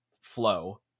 flow